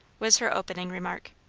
was her opening remark.